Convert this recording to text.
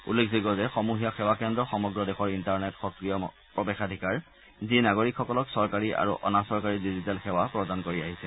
উল্লেখযোগ্য যে সমূহীয়া সেৱা কেন্দ্ৰ সমগ্ৰ দেশৰ ইণ্টাৰনেট সক্ৰিয় প্ৰৱেশাধিকাৰ যিয়ে নাগৰিকসকলক চৰকাৰী আৰু অনা চৰকাৰী ডিজিটেল সেৱা প্ৰদান কৰি আহিছে